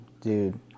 Dude